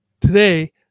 today